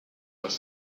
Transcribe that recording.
los